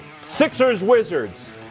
Sixers-Wizards